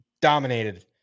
dominated